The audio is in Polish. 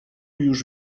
już